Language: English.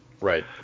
Right